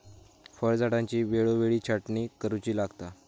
फळझाडांची वेळोवेळी छाटणी करुची लागता